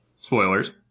Spoilers